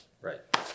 Right